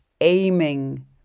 aiming